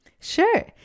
Sure